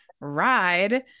ride